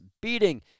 beating